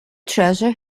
treasure